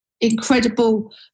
incredible